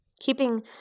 keeping